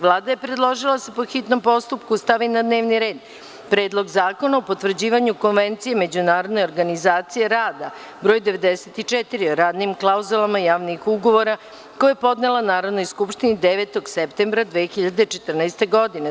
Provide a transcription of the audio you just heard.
Vlada je predložila da se, po hitnom postupku, stavi na dnevni red Predlog zakona o potvrđivanju Konvencije Međunarodne organizacije rada broj 94 o radnim klauzulama javnih ugovora, koji je podnela Narodnoj skupštini 9. septembra 2014. godine.